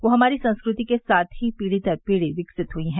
वह हमारी संस्कृति के साथ ही पीढ़ी दर पीढ़ी विकसित हुई है